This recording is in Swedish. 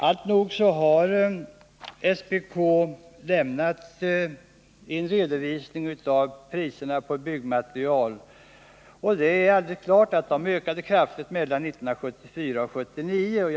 Alltnog har SPK lämnat en redovisning av priserna på byggmaterial, och det är alldeles klart att de ökade kraftigt mellan 1974 och 1979.